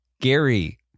gary